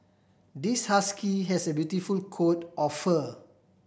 this husky has a beautiful coat of fur